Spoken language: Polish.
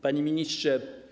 Panie Ministrze!